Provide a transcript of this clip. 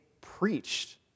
preached